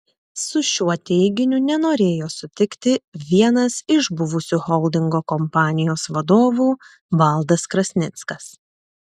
su šiuo teiginiu nenorėjo sutikti vienas iš buvusių holdingo kompanijos vadovų valdas krasnickas